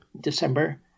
December